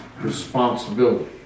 responsibility